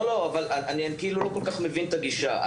אני לא כול כך מבין את הגישה.